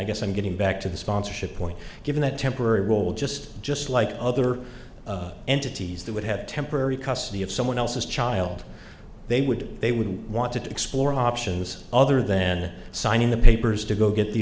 guess i'm getting back to the sponsorship point given that temporary role just just like other entities that would have temporary custody of someone else's child they would they would want to explore options other than signing the papers to go get the